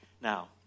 Now